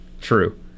true